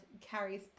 carrie's